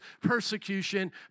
persecution